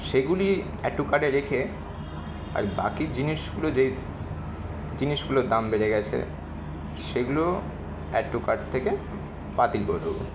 সেগুলি add to কার্টে রেখে আর বাকি জিনিসগুলো যেই জিনিসগুলোর দাম বেড়ে গেছে সেগুলো অ্যাড টু কার্ট থেকে বাতিল করে দোবো